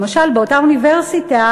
למשל, באותה אוניברסיטה,